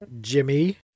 Jimmy